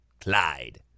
Clyde